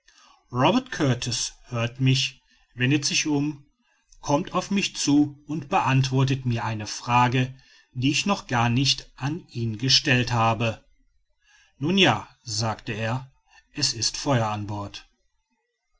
robert kurtis hört mich wendet sich um kommt auf mich zu und beantwortet mir eine frage die ich noch gar nicht an ihn gestellt habe nun ja sagt er es ist feuer an bord